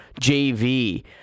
Jv